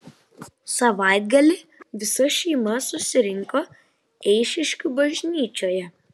savaitgalį visa šeima susirinko eišiškių bažnyčioje